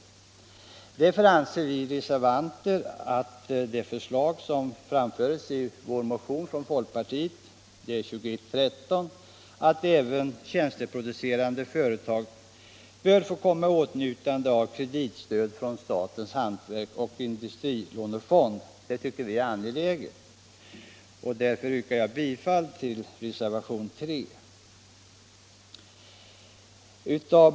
Mot denna bakgrund anser vi reservanter att det förslag som framförts i folkpartimotionen 2113, att även tjänsteproducerande företag bör få komma i åtnjutande av kreditstöd från statens hantverks och industrilånefond, är angeläget. Jag yrkar därför bifall till reservationen 3.